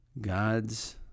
God's